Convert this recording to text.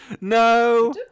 No